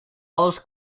alles